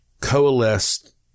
coalesced